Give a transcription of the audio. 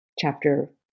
Chapter